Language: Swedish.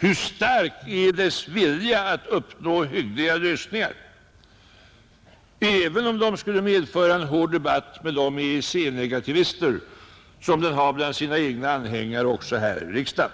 Hur stark är dess vilja att uppnå hyggliga lösningar, även om dessa skulle medföra en hård debatt med de EEC-negativister som den har bland sina egna anhängare också här i riksdagen?